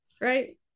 right